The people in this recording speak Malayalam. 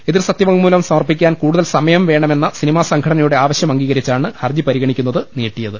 എതിർ സത്യവാങ്മൂലം സമർപ്പിക്കാൻ കൂടുതൽ സമയം വേണമെന്ന സിനിമാ സംഘടനയുടെ ആവശ്യം അംഗീകരിച്ചാണ് ഹർജി പരിഗണിക്കുന്നത് നീട്ടിയത്